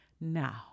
Now